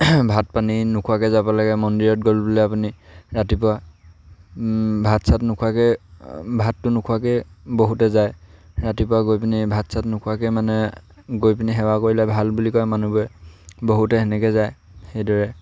ভাত পানী নোখোৱাকৈ যাব লাগে মন্দিৰত গ'ল বোলে আপুনি ৰাতিপুৱা ভাত চাত নোখোৱাকৈ ভাতটো নোখোৱাকৈ বহুতে যায় ৰাতিপুৱা গৈ পিনি ভাত চাত নোখোৱাকৈ মানে গৈ পিনি সেৱা কৰিলে ভাল বুলি কয় মানুহবোৰে বহুতে সেনেকৈ যায় সেইদৰে